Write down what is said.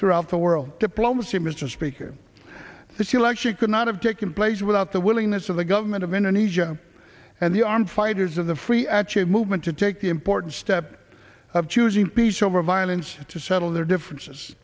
throughout the world diplomacy mr speaker this election could not have taken place without the willingness of the government of indonesia and the armed fighters of the free akshay movement to take the important step of choosing peace over violence to settle their differences